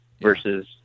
versus